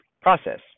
process